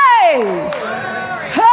hey